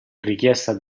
richiesta